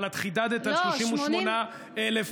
אבל את חידדת על 38,000 בדיוק.